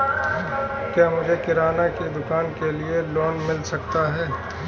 क्या मुझे किराना की दुकान के लिए लोंन मिल सकता है?